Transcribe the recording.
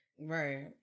Right